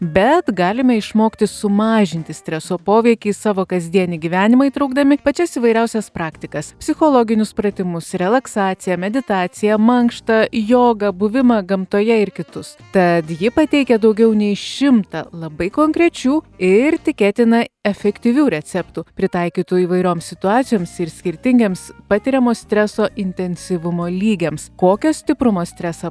bet galime išmokti sumažinti streso poveikį į savo kasdienį gyvenimą įtraukdami pačias įvairiausias praktikas psichologinius pratimus relaksaciją meditaciją mankštą jogą buvimą gamtoje ir kitus tad ji pateikia daugiau nei šimtą labai konkrečių ir tikėtina efektyvių receptų pritaikytų įvairioms situacijoms ir skirtingiems patiriamo streso intensyvumo lygiams kokio stiprumo stresą